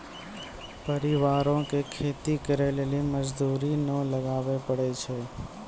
परिवारो के खेती करे लेली मजदूरी नै लगाबै पड़ै छै